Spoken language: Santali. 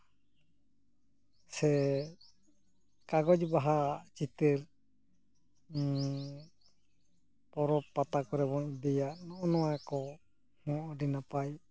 ᱥᱮ ᱠᱟᱜᱚᱡ ᱵᱟᱦᱟ ᱪᱤᱛᱟᱹᱨ ᱯᱚᱨᱚᱵᱽ ᱯᱟᱛᱟ ᱠᱚᱨᱮ ᱵᱚᱱ ᱤᱫᱤᱭᱟ ᱱᱚᱜᱼᱚ ᱱᱚᱣᱟ ᱠᱚ ᱦᱚᱸ ᱟᱹᱰᱤ ᱱᱟᱯᱟᱭ